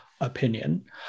opinion